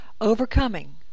Overcoming